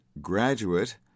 graduate